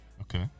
Okay